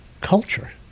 culture